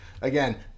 Again